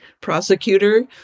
prosecutor